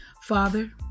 Father